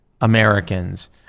Americans